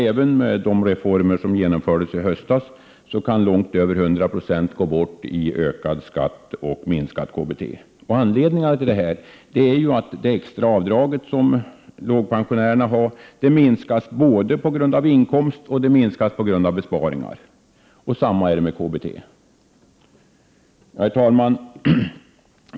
Även med de reformer som genomfördes i höstas kan långt över 100 96 av ränteinkomster gå bort i ökad skatt och minskat KBT. Anledningen är att det extra avdraget för lågpensionärerna minskas, både på grund av inkomst och på grund av besparingar. Samma är det med KBT. Herr talman!